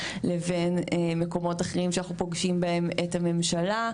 לבין מקומות אחרים שאנחנו פוגשים בהם את הממשלה.